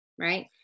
right